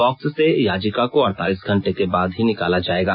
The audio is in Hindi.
बॉक्स से याचिका को अड़तालीस घंटे बाद ही निकाला जाएगा